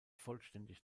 vollständig